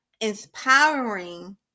Inspiring